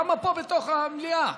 למה פה בתוך המליאה?